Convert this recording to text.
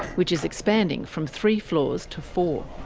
which is expanding from three floors to four.